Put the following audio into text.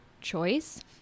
choice